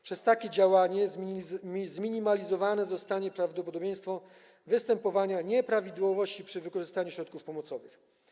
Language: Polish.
Przez takie działanie zminimalizowane zostanie prawdopodobieństwo występowania nieprawidłowości przy wykorzystywaniu środków pomocowych.